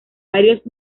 varios